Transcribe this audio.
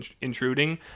intruding